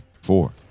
Four